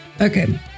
Okay